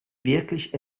wirklich